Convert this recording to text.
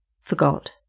forgot